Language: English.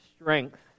strength